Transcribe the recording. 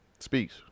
Speaks